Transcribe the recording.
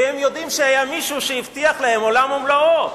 כי הם יודעים שהיה מישהו שהבטיח להם עולם ומלואו,